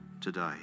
today